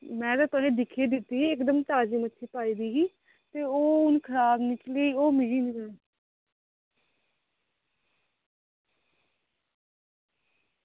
में ते तुसेंगी दिक्खियै दित्ती ही इक्क दिन ताज़ी पाई दी ही ते ओह् हून खराब निकली ते मिगी नी